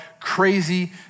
crazy